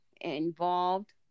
involved